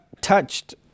touched